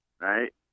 Right